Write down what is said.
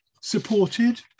supported